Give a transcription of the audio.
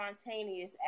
spontaneous